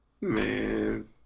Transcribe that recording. Man